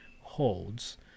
holds